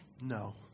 No